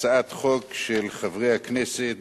הצעת חוק של חברי הכנסת